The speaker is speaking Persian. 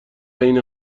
عین